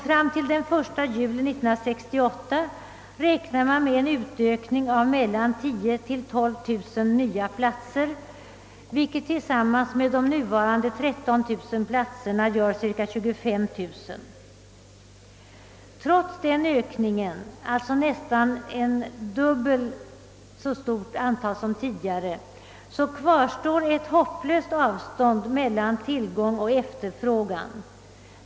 Fram till den 1 juli 1968 räknar man med en utökning av mellan 10000 och 12000 nya platser, vilket tillsamman med de nuvarande 13 000 platserna gör cirka 25 000. Trots den ökningen — alltså nästan en fördubbling av det tidigare antalet — kvarstår ett hopplöst avstånd mellan tillgång och efterfrågan.